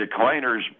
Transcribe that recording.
decliners